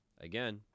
Again